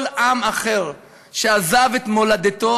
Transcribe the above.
כל עם אחר שעזב את מולדתו